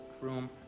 room